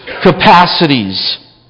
capacities